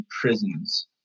prisons